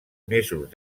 mesos